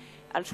אם כן,